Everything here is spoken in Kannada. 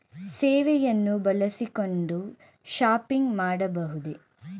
ಸೇವೆಯನ್ನು ಬಳಸಿಕೊಂಡು ಶಾಪಿಂಗ್ ಮಾಡಬಹುದೇ?